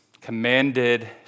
commanded